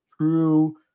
true